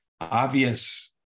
obvious